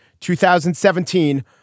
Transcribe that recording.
2017